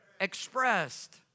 Expressed